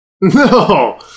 No